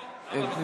לא, אני פה.